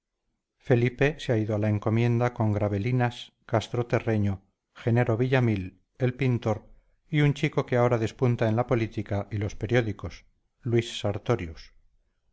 felipe se ha ido a la encomienda con gravelinas castro terreño jenaro villamil el pintor y un chico que ahora despunta en la política y los periódicos luis sartorius